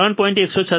136 1 જે 4